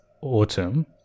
autumn